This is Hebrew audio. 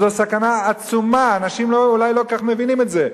זו סכנה עצומה, אנשים אולי לא כל כך מבינים את זה.